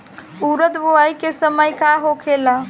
उरद बुआई के समय का होखेला?